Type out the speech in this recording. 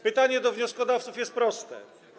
Pytanie do wnioskodawców jest proste.